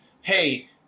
hey